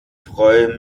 freue